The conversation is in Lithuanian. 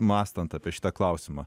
mąstant apie šitą klausimą